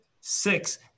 six